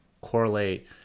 correlate